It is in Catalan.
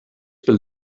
pel